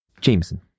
Jameson